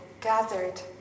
gathered